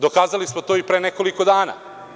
Dokazali smo to i pre nekoliko dana.